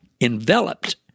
enveloped